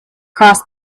cross